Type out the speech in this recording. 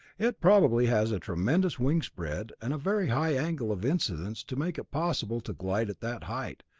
it probably has a tremendous wingspread and a very high angle of incidence to make it possible to glide at that height,